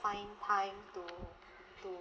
find time to to